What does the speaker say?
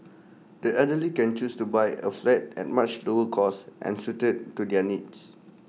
the elderly can choose to buy A flat at much lower cost and suited to their needs